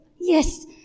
yes